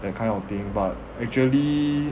that kind of thing but actually